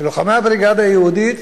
לוחמי הבריגדה היהודית,